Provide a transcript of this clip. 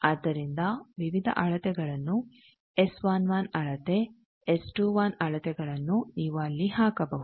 ಆದ್ದರಿಂದ ವಿವಿಧ ಅಳತೆಗಳನ್ನು ಎಸ್11 ಅಳತೆ ಎಸ್21 ಅಳತೆಗಳನ್ನು ನೀವು ಅಲ್ಲಿ ಹಾಕಬಹುದು